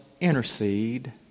intercede